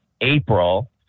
April